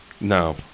No